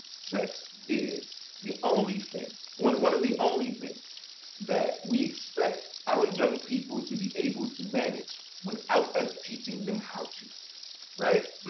sex is the only thing one one of the only things that we expect our young people to be able to manage without us teaching them how. right?